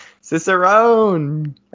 cicerone